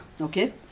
Okay